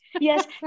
Yes